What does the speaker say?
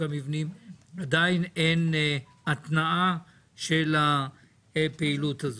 המבנים עדיין אין התנעה של הפעילות הזאת.